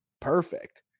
perfect